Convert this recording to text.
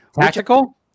Tactical